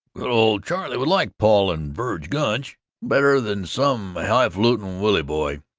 good old charley would like paul and verg gunch better than some highfalutin' willy boy,